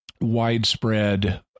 widespread